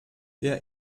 der